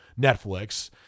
Netflix